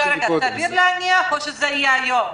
רגע, סביר להניח או שזה יהיה היום?